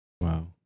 wow